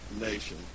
nation